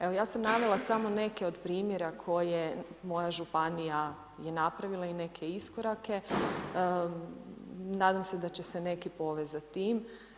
Evo ja sam navela samo neke od primjera koje moja županija je napravila i neke iskorake, nadam se da će se neki povesti za tim.